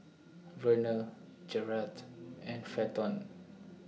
Verner Gerhardt and Fenton